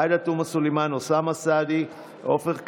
עאידה תומא סלימאן, אוסאמה סעדי ועופר כסיף,